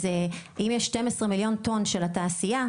אז אם יש 12 מיליון טון של התעשייה,